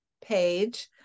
page